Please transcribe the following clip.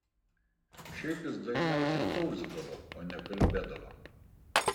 šiaip jis dažniausiai tauzydavo o ne kalbėdavo